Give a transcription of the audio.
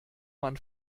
man